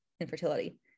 infertility